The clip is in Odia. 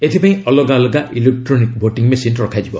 ଏଥିପାଇଁ ଅଲଗା ଅଲଗା ଇଲେକ୍ଟ୍ରୋନିକ୍ ଭୋଟିଂ ମେସିନ୍ ରଖାଯିବ